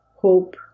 hope